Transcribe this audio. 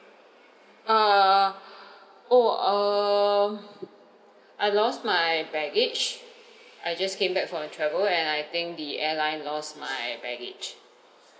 uh oh err I lost my baggage I just came back from my travel and I think the airline lost my baggage